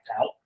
out